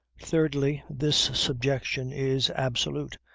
thirdly, this subjection is absolute,